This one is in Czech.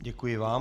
Děkuji vám.